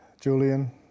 Julian